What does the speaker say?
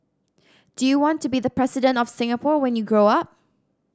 do you want to be the President of Singapore when you grow up